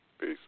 Peace